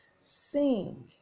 sing